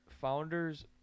Founders